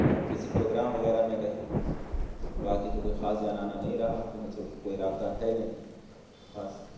یا کسی پروگرام وغیرہ میں گئے باقی تو کوئی خاص جانا آنا نہیں رہا کیوں اس سے کوئی رابطہ ہے نہیں خاص